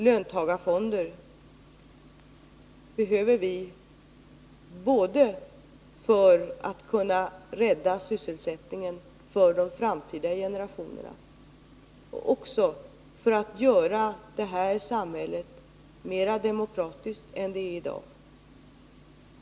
Löntagarfonder behöver vi både för att kunna rädda sysselsättningen för de framtida generationerna och också för att göra det här samhället mera demokratiskt än det är i dag.